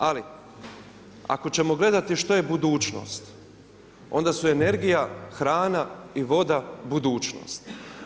Ali, ako ćemo gledati što je budućnost, onda su energija, hrana i voda budućnost.